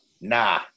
nah